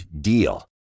DEAL